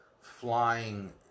flying